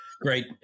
Great